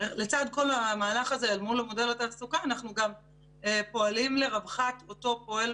לצד כל המהלך הזה על מודל התעסוקה אנחנו גם פועלים לרווחת אותו פועל